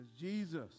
Jesus